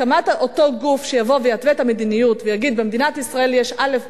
הקמת אותו גוף שיבוא ויתווה את המדיניות ויגיד: במדינת ישראל יש א',